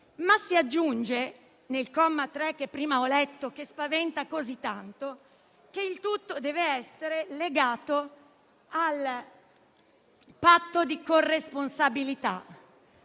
Si aggiunge però al comma 3, che prima ho letto e che spaventa così tanto, che il tutto deve essere legato al patto di corresponsabilità.